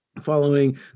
following